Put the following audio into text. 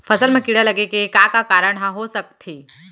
फसल म कीड़ा लगे के का का कारण ह हो सकथे?